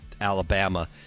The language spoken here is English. Alabama